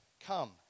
come